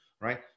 right